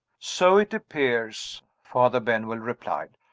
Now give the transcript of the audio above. so it appears, father benwell replied.